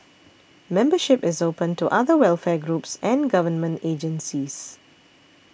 membership is open to other welfare groups and government agencies